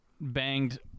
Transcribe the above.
banged